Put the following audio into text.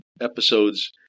episodes